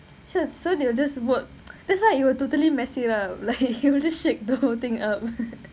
so so they will just work that's why you will totally mess it up like you will just shake the whole thing up